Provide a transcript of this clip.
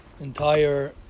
entire